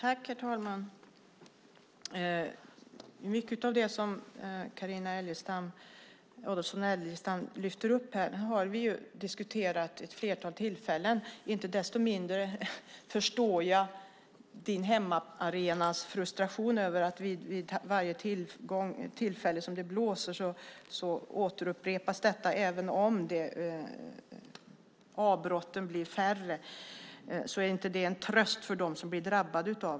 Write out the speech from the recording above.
Herr talman! Mycket av det som Carina Adolfsson Elgestam lyfter upp har vi diskuterat vid ett flertal tillfällen. Inte desto mindre förstår jag din hemmaarenas frustration över att detta upprepas vid varje tillfälle som det blåser. Att avbrotten blir färre är inte en tröst för dem som blir drabbade av det här.